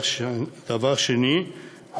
דבר שני,